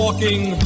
Walking